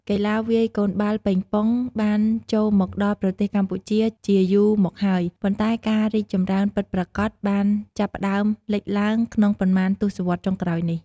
កីឡាវាយកូនបាល់ប៉េងប៉ុងបានចូលមកដល់ប្រទេសកម្ពុជាជាយូរមកហើយ ប៉ុន្តែការរីកចម្រើនពិតប្រាកដបានចាប់ផ្ដើមលេចឡើងក្នុងប៉ុន្មានទសវត្សរ៍ចុងក្រោយនេះ។